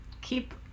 keep